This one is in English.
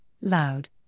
loud